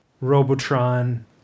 Robotron